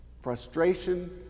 Frustration